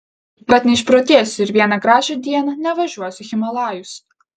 bet neišprotėsiu ir vieną gražią dieną nevažiuosiu į himalajus